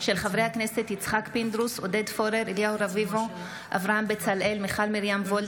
הפנים והגנת הסביבה בעניין פיצול הצעת חוק